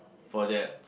for that